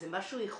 זה משהו ייחודי